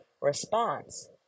response